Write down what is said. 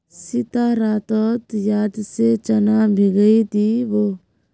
सीता रातोत याद से चना भिगइ दी बो